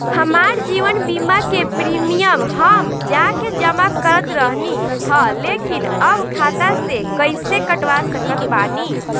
हमार जीवन बीमा के प्रीमीयम हम जा के जमा करत रहनी ह लेकिन अब खाता से कइसे कटवा सकत बानी?